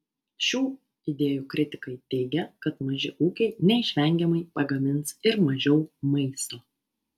šių idėjų kritikai teigia kad maži ūkiai neišvengiamai pagamins ir mažiau maisto